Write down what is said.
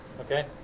Okay